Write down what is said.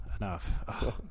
Enough